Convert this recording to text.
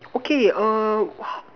okay err h~